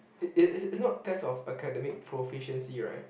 it it it's not test of academic proficiency right